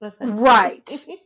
right